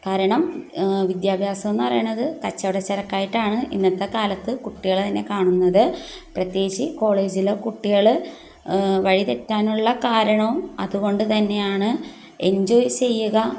കാരണം വിദ്യാഭ്യാസമെന്ന് പറയണത് കച്ചവടച്ചരക്കായിട്ടാണ് ഇന്നത്തെ കാലത്ത് കുട്ടികൾ തന്നെ കാണുന്നത് പ്രത്യേകിച്ച് കോളേജിലെ കുട്ടികൾ വഴിതെറ്റാനുള്ള കാരണവും അതുകൊണ്ട് തന്നെയാണ് എൻജോയ് ചെയ്യുക